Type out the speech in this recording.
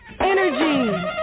Energy